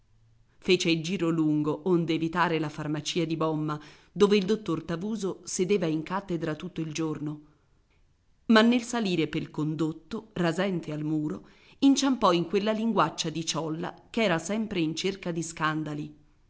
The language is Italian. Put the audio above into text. fece il giro lungo onde evitare la farmacia di bomma dove il dottor tavuso sedeva in cattedra tutto il giorno ma nel salire pel condotto rasente al muro inciampò in quella linguaccia di ciolla ch'era sempre in cerca di scandali